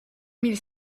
mille